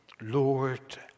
Lord